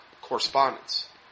correspondence